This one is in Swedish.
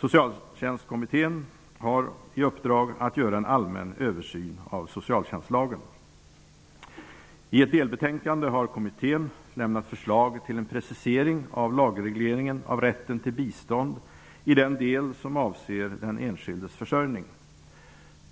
Socialtjänstkommittén har i uppdrag att göra en allmän översyn av socialtjänstlagen. I ett delbetänkande har kommittén lämnat förslag till en precisering av lagregleringen av rätten till bistånd i den del som avser den enskildes försörjning.